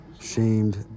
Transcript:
Shamed